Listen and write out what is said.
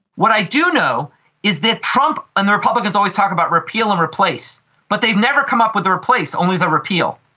what i do know is that trump and the republicans always talk about repeal and replace but they've never come up with a replace, only the repeal.